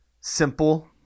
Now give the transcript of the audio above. simple